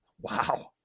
Wow